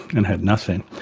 and had nothing.